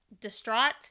distraught